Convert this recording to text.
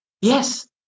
Yes